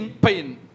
pain